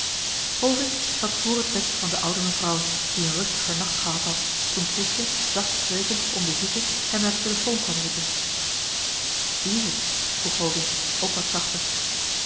vovink zat vr het bed van de oude mevrouw die een rustiger nacht gehad had toen krisje zacht sprekend om de zieke hem naar de telefoon kwam roepen wie is t vroeg hovink ook wat zachter